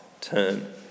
turn